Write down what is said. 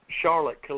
Charlotte